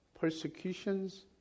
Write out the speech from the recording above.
persecutions